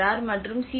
R மற்றும் C